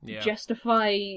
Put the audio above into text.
Justify